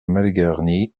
malgarnie